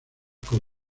con